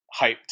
hyped